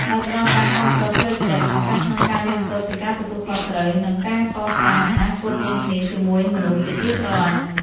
ដោយផ្តល់ការគាំទ្រផ្លូវចិត្ត ឱកាសក្នុងការរៀនសូត្រពីការទទួលខុសត្រូវ និងការកសាងអនាគតរួមគ្នាជាមួយមនុស្សជាទីស្រឡាញ់។